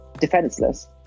defenseless